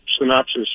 synopsis